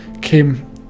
came